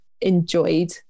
enjoyed